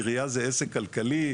עירייה זה עסק כלכלי?